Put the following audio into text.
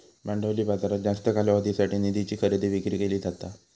भांडवली बाजारात जास्त कालावधीसाठी निधीची खरेदी विक्री केली जाता